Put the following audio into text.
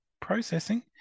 processing